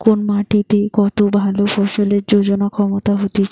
কোন মাটিতে কত ভালো ফসলের প্রজনন ক্ষমতা হতিছে